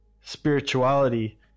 spirituality